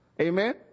Amen